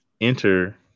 Enter